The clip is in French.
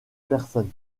personne